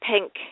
Pink